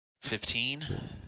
Fifteen